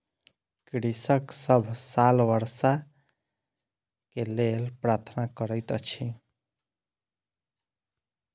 कृषक सभ साल वर्षा के लेल प्रार्थना करैत अछि